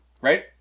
Right